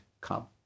come